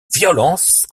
violence